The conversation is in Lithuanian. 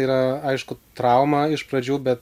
yra aišku trauma iš pradžių bet